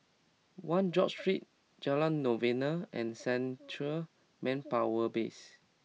One George Street Jalan Novena and Central Manpower Base